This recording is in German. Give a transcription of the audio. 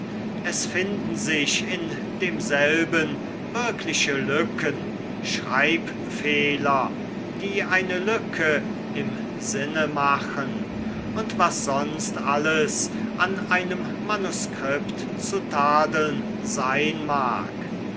es finden sich in demselben wirkliche lücken schreibfehler die eine lücke im sinne machen und was sonst alles an einem manuskript zu tadeln sein mag